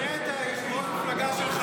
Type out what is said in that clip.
תפנה את יושב-ראש המפלגה שלך,